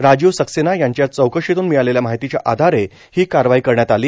राजीव सक्सेना याच्या चौकशीतून मिळालेल्या माहितीच्या आधारे ही कारवाई करण्यात आली